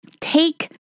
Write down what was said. Take